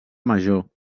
major